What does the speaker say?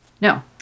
No